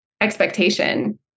expectation